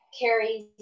Carries